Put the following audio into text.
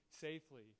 safely